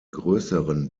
größeren